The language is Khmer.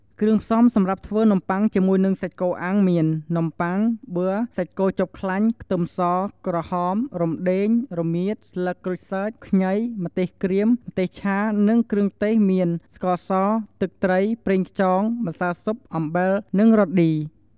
គ្រឿងផ្សំសម្រាប់ធ្វើនំបុ័ងជាមួយនឹងសាច់គោអាំងមាន នំប័ុង ប័រ សាច់គោជាប់ខ្លាញ់ ខ្ទឹមស ក្រហម រំដេង រមៀត ស្លឹកក្រូចសើច ខ្ញី ម្ទេសក្រៀម ម្ទេសឆា និងគ្រឿងទេសមាន ស្ករស ទឹកត្រី ប្រងខ្យង ម្សៅស៊ុប អំបិល និង រ៉តឌី។